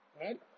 right